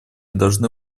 должно